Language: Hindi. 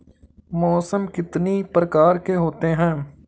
मौसम कितनी प्रकार के होते हैं?